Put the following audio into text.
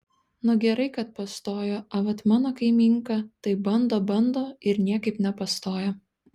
nu gerai kad pastojo a vat mano kaimynka tai bando bando ir niekap nepastoja